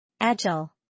Agile